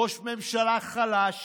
ראש ממשלה חלש